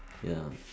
ya